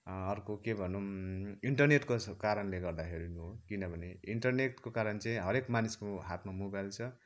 अर्को के भनौँ इन्टरनेटको कारणले गर्दाखेरि नै हो किनभने इन्टरनेटको कारण चाहिँ हरेक मानिसको हातमा मोबाइल छ